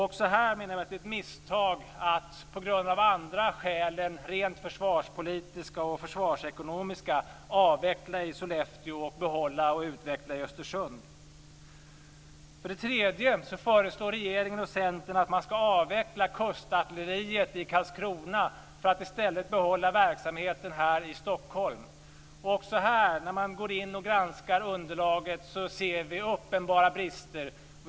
Också här menar vi att det är ett misstag att av andra skäl än rent försvarspolitiska och försvarsekonomiska avveckla i Sollefteå och behålla och utveckla i Östersund. För det fjärde föreslår regeringen och Centern att man ska avveckla kustartilleriet i Karlskrona för att i stället behålla verksamheten här i Stockholm. Också här ser vi uppenbara brister när vi går in och granskar underlaget.